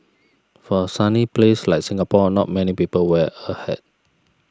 for a sunny place like Singapore not many people wear a hat